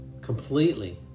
completely